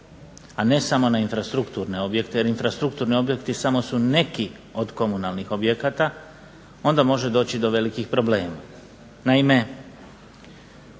a ne samo na infrastrukturne objekte jer infrastrukturni objekti samo su neki od komunalnih objekata, onda može doći do velikih problema.